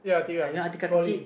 uh you know Atiqah